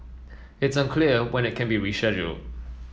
it's unclear when it can be rescheduled